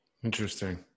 Interesting